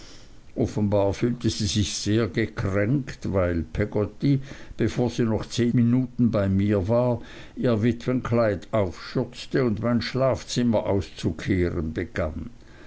offenbar fühlte sie sich sehr gekränkt weil peggotty bevor sie noch zehn minuten bei mir war ihr witwenkleid aufschürzte und mein schlafzimmer auszukehren begann